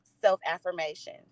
self-affirmation